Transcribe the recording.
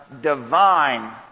divine